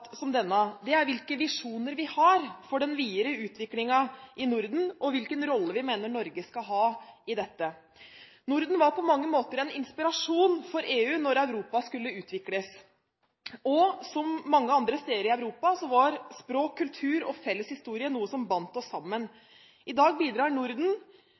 som denne, er hvilke visjoner vi har for den videre utviklingen i Norden, og hvilken rolle vi mener Norge skal ha i dette. Norden var på mange måter en inspirasjon for EU da Europa skulle utvikles, og som mange andre steder i Europa var språk, kultur og felles historie noe som bandt oss sammen. I dag bidrar Norden